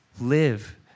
live